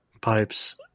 pipes